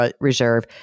reserve